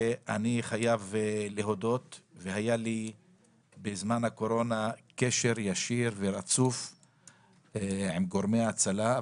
אני חייב להודות - היה לי בזמן הקורונה קשר ישיר ורצוף עם גורמי הצלה,